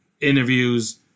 Interviews